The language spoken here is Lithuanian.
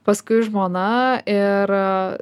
paskui žmona ir